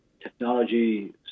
technology